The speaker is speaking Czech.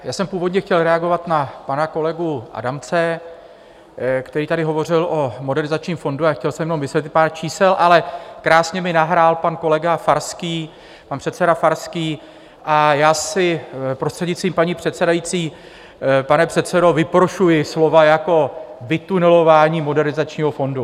Já jsem původně chtěl reagovat na pana kolegu Adamce, který tady hovořil o Modernizačním fondu, a chtěl jsem jenom vysvětlit pár čísel, ale krásně mi nahrál pan kolega Farský, pan předseda Farský, a já si, prostřednictvím paní předsedající, pane předsedo, vyprošuji slova jako vytunelování Modernizačního fondu.